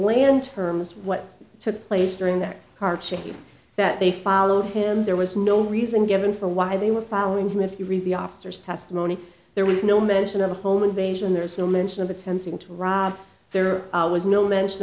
bland terms what took place during that car chase that they followed him there was no reason given for why they were following him if you review officers testimony there was no mention of a home invasion there is no mention of attempting to rob there was no mention